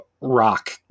Rock